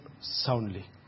soundly